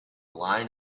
line